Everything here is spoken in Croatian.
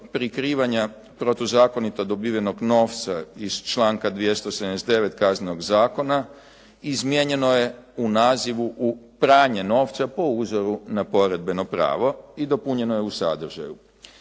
prikrivanja protuzakonito dobivenog novca iz članka 279. Kaznenog zakona izmijenjeno je u nazivu u pranje novca po uzoru na poredbeno pravo i dopunjeno je u sadržaju.